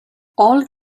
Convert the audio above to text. all